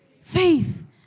Faith